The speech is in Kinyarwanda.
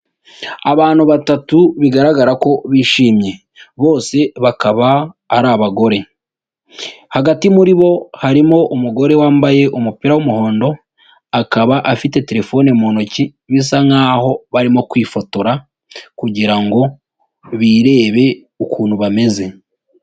Abantu batatu bigaragara ko bishimye, bose bakaba ari abagore. Hagati muri bo harimo umugore wambaye umupira w'umuhondo akaba afite telefone mu ntoki, bisa nk'aho barimo kwifotora kugira ngo birebe ukuntu bameze.